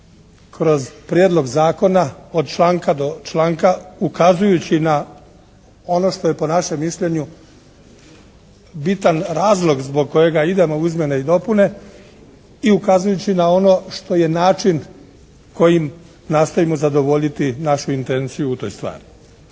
kroz Prijedlog zakona od članka do članka ukazujući na ono što je po našem mišljenju bitan razlog zbog kojega idemo u izmjene i dopune i ukazujući na ono što je način kojim nastojimo zadovoljiti našu intenciju u toj stvari.